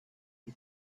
you